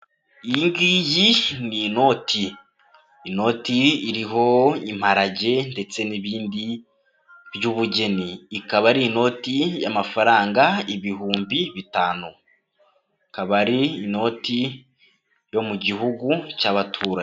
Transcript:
Iyi ngiyi ni inoti, inoti iriho imparage ndetse n'ibindi by'ubugeni, ikaba ari inoti y'amafaranga ibihumbi bitanu, ikaba ari inoti yo mu gihugu cy'abaturanyi.